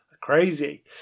crazy